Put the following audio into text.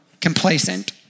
complacent